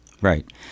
Right